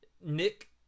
nick